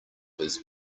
his